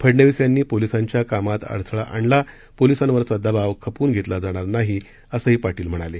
फडनवीस यांनी पोलिसांच्या कामात अडथळा आणला पोलिसांवरचा दबाव खपवून घेतला जाणार नाही असंही पाटील म्हणाले